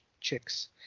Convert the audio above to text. chicks